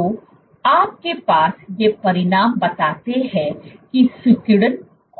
तो आपके पास ये परिणाम बताते हैं कि सिकुड़न